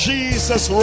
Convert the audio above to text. Jesus